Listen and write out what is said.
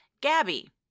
Gabby